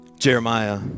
Jeremiah